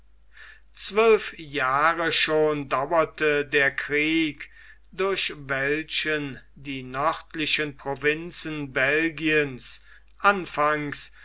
zwölf jahre schon dauerte der krieg durch welchen die nördlichen provinzen belgiens anfangs